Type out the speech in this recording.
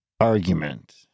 argument